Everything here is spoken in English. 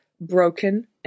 broken